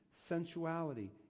sensuality